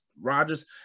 Rodgers